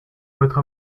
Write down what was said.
votre